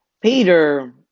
Peter